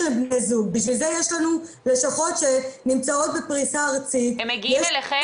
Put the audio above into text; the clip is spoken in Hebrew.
בשביל זה יש לנו לשכות שנמצאות בפריסה ארצית --- הם מגיעים אליכם?